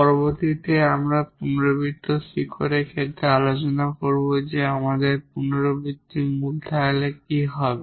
পরবর্তীতে আমরা রিপিটেড রুটের ক্ষেত্রে আলোচনা করবো যে আমাদের রিপিটেড রুটথাকলে কি হবে